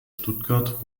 stuttgart